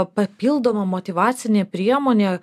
papildoma motyvacinė priemonė